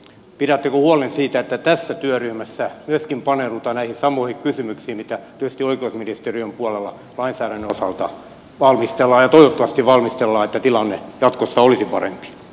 pidättekö huolen siitä että tässä työryhmässä myöskin paneudutaan näihin samoihin kysymyksiin mitä tietysti oikeusministeriön puolella lainsäädännön osalta valmistellaan ja toivottavasti valmistellaan että tilanne jatkossa olisi parempi